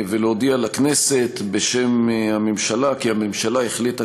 ולהודיע לכנסת בשם הממשלה כי הממשלה החליטה